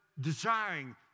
desiring